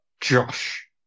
Josh